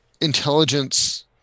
intelligence